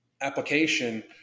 application